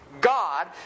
God